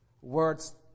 words